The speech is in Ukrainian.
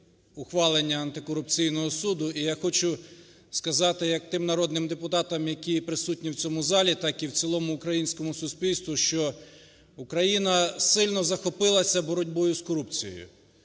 ухвалення антикорупційного суду. І я хочу сказати, як тим народним депутатам, які присутні в цьому залі, так і в цілому українському суспільству, що Україна сильно захопилася боротьбою з корупцією.